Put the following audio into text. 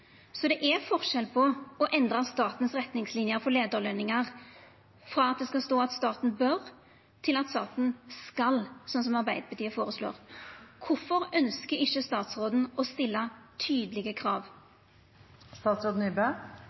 Det er forskjell på å endra statens retningslinjer for leiarløningar frå at det skal stå at staten «bør» til at staten «skal», slik Arbeidarpartiet føreslår. Kvifor ønskjer ikkje statsråden å stilla tydelege krav?